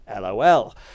LOL